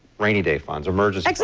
rainy day funds, emergency